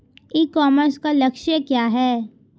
ई commerce का लक्ष्य क्या है?